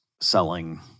selling